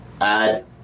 add